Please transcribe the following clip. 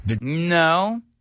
No